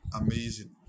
Amazing